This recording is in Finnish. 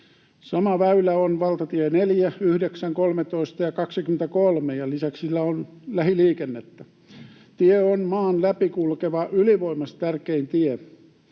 Sama väylä on valtatie 4, 9, 13 ja 23, ja lisäksi sillä on lähiliikennettä. Tie on maan läpi kulkeva ylivoimaisesti tärkein tie.